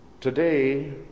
Today